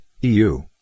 EU